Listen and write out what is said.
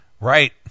Right